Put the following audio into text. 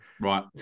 Right